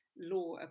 law